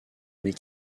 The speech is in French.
mais